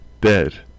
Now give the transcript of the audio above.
Dead